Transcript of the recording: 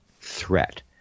threat